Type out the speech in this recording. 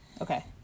Okay